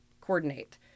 coordinate